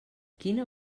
quina